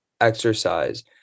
exercise